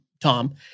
Tom